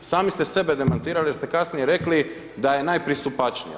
Sami ste sebe demantirali jer ste kasnije rekli da je najpristupačnija.